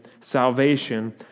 salvation